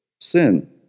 sin